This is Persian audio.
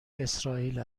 اسرائیل